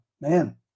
man